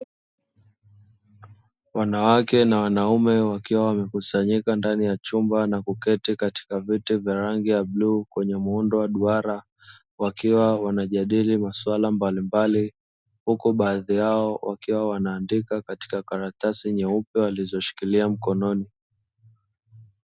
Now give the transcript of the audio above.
Wanawake na wanaume wakiwa wamekusanyika ndani ya chumba na kuketi katika viti vya rangi ya bluu yenye muundo wa duara wakiwa wanajadili masuala mbalimbali, huku baadhi yao wakiwa wanaandika katika karatasi nyeupe walizoshikilia mkononi.